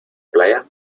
playa